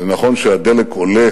זה נכון שהדלק עולה